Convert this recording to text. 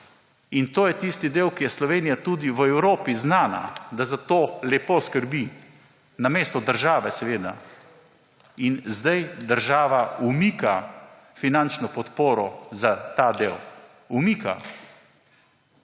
in to je tisti del, po čemer je Slovenija tudi v Evropi znana, da za to lepo skrbi. Namesto države, seveda. In zdaj država umika finančno podporo za ta del. Umika,